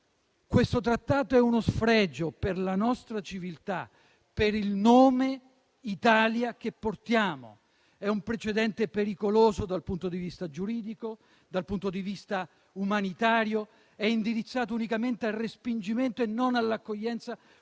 Questo trattato è uno sfregio per la nostra civiltà, per il nome Italia che portiamo. È un precedente pericoloso dal punto di vista giuridico e umanitario, indirizzato unicamente al respingimento e non all'accoglienza, come invece